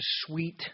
sweet